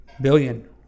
billion